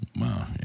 Wow